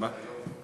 תודה רבה.